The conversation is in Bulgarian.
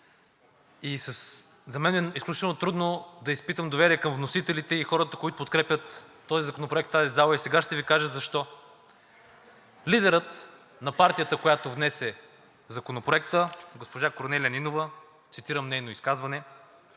За мен е изключително трудно да изпитам доверие към вносителите и хората, които подкрепят този законопроект в тази зала, и сега ще Ви кажа защо. Лидерът на партията, която внесе Законопроекта, госпожа Корнелия Нинова – цитирам нейно изказване